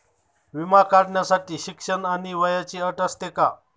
विमा काढण्यासाठी शिक्षण आणि वयाची अट असते का?